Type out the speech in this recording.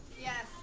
Yes